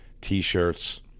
t-shirts